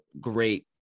great